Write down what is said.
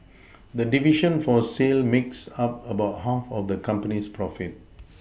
the division for sale makes up about half of the company's profit